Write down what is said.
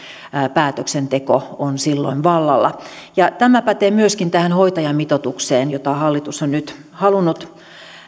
päätöksenteko on silloin vallalla tämä pätee myöskin hoitajamitoitukseen jota hallitus on nyt halunnut